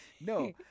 no